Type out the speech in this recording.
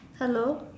hello